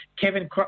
Kevin